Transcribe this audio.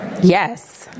Yes